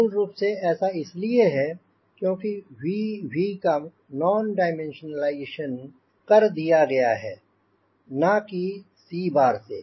मूल रूप से ऐसा इसलिए है क्योंकि Vv का नॉन डायमेंशनलाइजेशन कर दिया गया है ना कि 𝑐̅ से